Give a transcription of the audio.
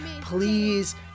Please